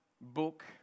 book